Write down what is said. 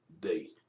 day